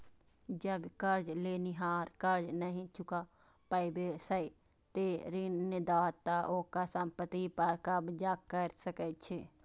जब कर्ज लेनिहार कर्ज नहि चुका पाबै छै, ते ऋणदाता ओकर संपत्ति पर कब्जा कैर सकै छै